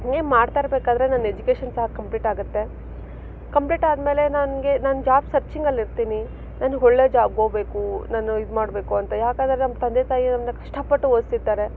ಹೀಗೆ ಮಾಡ್ತಾ ಇರಬೇಕಾದ್ರೆ ನನ್ನ ಎಜುಕೇಷನ್ ಸಹ ಕಂಪ್ಲೀಟಾಗತ್ತೆ ಕಂಪ್ಲೀಟಾದ್ಮೇಲೆ ನನಗೆ ನಾನು ಜಾಬ್ ಸರ್ಚಿಂಗಲ್ಲಿರ್ತೀನಿ ನನಗೆ ಒಳ್ಳೆ ಜಾಬ್ಗೋಗ್ಬೇಕು ನಾನು ಇದು ಮಾಡಬೇಕು ಅಂತ ಯಾಕಂದ್ರೆ ನಮ್ಮ ತಂದೆ ತಾಯಿ ನಮ್ಮನ್ನ ಕಷ್ಟಪಟ್ಟು ಓದ್ಸಿರ್ತಾರೆ